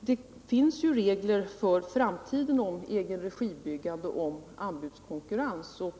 Det finns ju regler för framtiden om anbudskonkurrens i egenregibyggande.